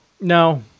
No